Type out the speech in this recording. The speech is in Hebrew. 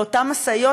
באותן משאיות.